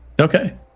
okay